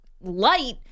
light